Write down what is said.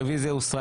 הרביזיה הוסרה.